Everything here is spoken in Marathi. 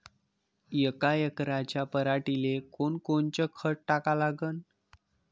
यका एकराच्या पराटीले कोनकोनचं खत टाका लागन?